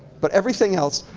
but everything else,